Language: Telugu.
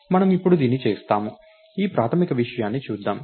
మనము ఇప్పుడు దీన్ని చేస్తాము ఈ ప్రాథమిక విషయాన్ని చూద్దాం